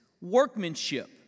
Workmanship